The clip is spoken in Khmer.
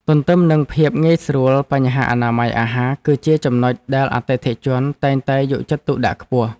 ទន្ទឹមនឹងភាពងាយស្រួលបញ្ហាអនាម័យអាហារ គឺជាចំណុចដែលអតិថិជនតែងតែយកចិត្តទុកដាក់ខ្ពស់។